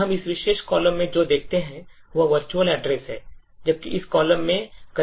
तो हम इस विशेष कॉलम में जो देखते हैं वह virtual address है जबकि इस कॉलम में corresponding निर्देश हैं